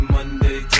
Monday